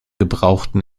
gebrauchten